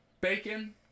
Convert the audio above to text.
bacon